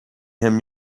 him